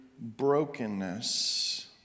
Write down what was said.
brokenness